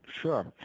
Sure